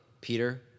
Peter